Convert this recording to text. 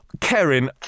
Karen